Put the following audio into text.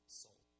soul